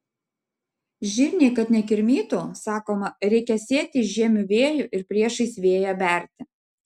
žirniai kad nekirmytų sakoma reikia sėti žiemiu vėju ir priešais vėją berti